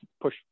push